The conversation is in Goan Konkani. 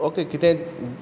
ऑके कितेंच